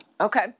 Okay